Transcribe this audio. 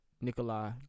Nikolai